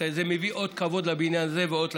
אם לא יותר,